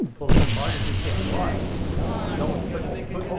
pull it hard you can apply don't make